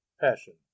passion